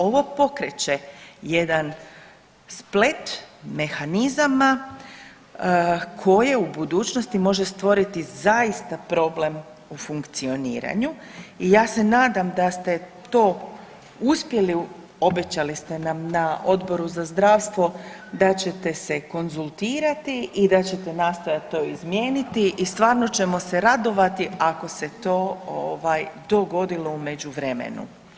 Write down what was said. Ovo pokreće jedan splet mehanizama koje u budućnosti može stvoriti zaista problem u funkcioniranju i ja se nadam da ste to uspjeli, obećali ste nam na Odboru za zdravstvo da ćete se konzultirati i da ćete nastojat to izmijeniti i stvarno ćemo se radovati ako se to ovaj dogodilo u međuvremenu.